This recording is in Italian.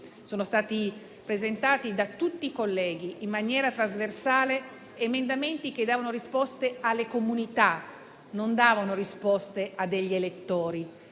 Sono stati presentati da tutti i colleghi, in maniera trasversale, emendamenti che davano risposte alle comunità e non agli elettori,